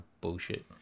bullshit